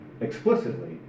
explicitly